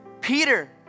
Peter